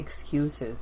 excuses